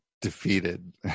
defeated